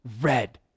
red